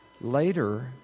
Later